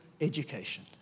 education